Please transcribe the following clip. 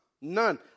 None